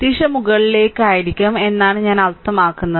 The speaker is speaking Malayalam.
ദിശ മുകളിലേക്ക് ആയിരിക്കും എന്നാണ് ഞാൻ അർത്ഥമാക്കുന്നത്